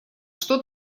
что